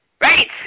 Right